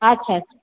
আচ্ছা আচ্ছা